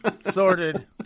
Sorted